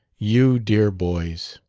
you dear boys!